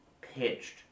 pitched